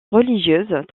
religieuses